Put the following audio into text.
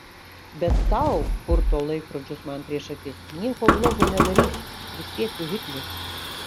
bet tau purto laikrodžius man prieš akis nieko blogo nedarysiu prisiekiu hitleriu